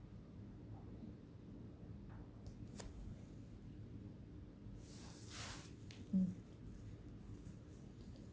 mm